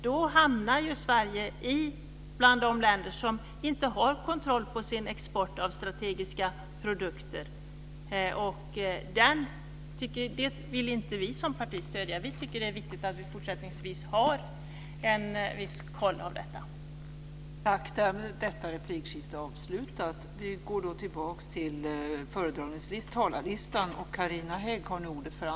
Då hamnar ju Sverige bland de länder som inte har kontroll på sin export av strategiska produkter. Det vill inte vi som parti stödja. Vi tycker att det är viktigt att vi fortsättningsvis har en viss koll på detta.